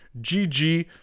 GG